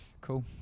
Cool